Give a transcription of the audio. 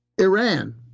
Iran